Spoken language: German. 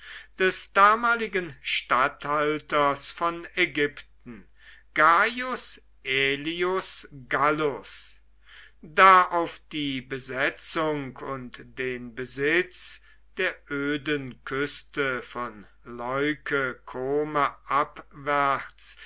des damaligen statthalters von ägypten gaius aelius gallus da auf die besetzung und den besitz der öden küste von leuke kome abwärts